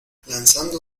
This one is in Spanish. lanzando